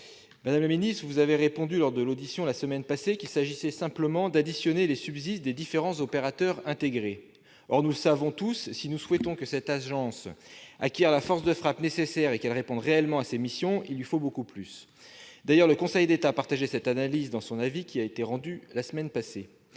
Madame la ministre, vous avez répondu lors de votre audition la semaine passée qu'il s'agissait simplement d'additionner les subsides des différents opérateurs intégrés. Or, nous le savons tous, si nous souhaitons que cette agence acquière la force de frappe nécessaire et qu'elle réponde réellement à ses missions, il lui faut beaucoup plus. D'ailleurs, le Conseil d'État partageait cette analyse dans l'avis qu'il a rendu la semaine passée.